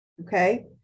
okay